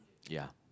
ya